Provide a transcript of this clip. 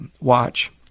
Watch